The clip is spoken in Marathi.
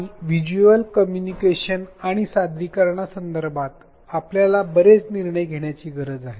आणि व्हिज्युअल कम्युनिकेशन आणि सादरीकरणा संदर्भात आपल्याला बरेच निर्णय घेण्याची गरज आहे